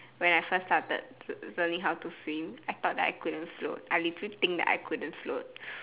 when I first started learning how to swim I thought that I couldn't float I literally think that I couldn't float